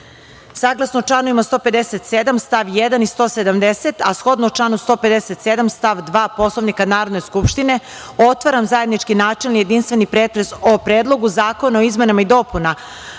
poslanika. Saglasno čl. 157. stav 1. i 170, a shodno članu 157. stav 2. Poslovnika Narodne skupštine, otvaram zajednički načelni i jedinstveni pretres o Predlogu zakona o izmenama i dopunama